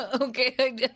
Okay